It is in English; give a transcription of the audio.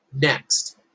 Next